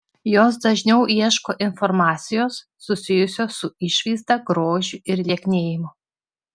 jos dažniau ieško informacijos susijusios su išvaizda grožiu ir lieknėjimu